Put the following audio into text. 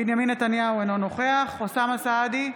בנימין נתניהו, אינו נוכח אוסאמה סעדי,